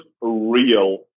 real